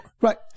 Right